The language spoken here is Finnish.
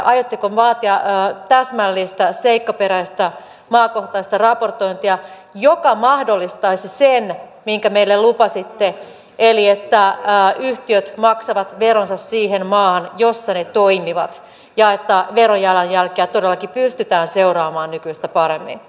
aiotteko vaatia täsmällistä seikkaperäistä maakohtaista raportointia joka mahdollistaisi sen minkä meille lupasitte eli sen että yhtiöt maksavat veronsa siihen maahan jossa ne toimivat ja että verojalanjälkeä todellakin pystytään seuraamaan nykyistä paremmin